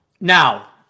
now